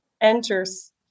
enters